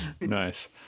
Nice